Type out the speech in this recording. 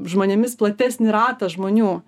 žmonėmis platesnį ratą žmonių